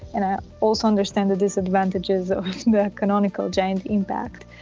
and i also understand the disadvantages of the canonical giant impact.